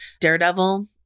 Daredevil